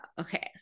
okay